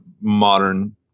modern